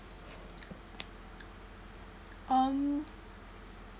um